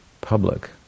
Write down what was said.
public